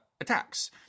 attacks